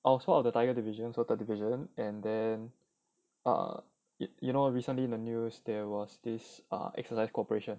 I was sort of the tyre division so television and then err it you know recently in the news there was this a exercise cooperation